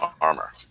Armor